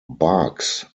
barks